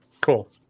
Cool